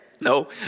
no